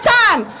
time